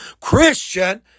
Christian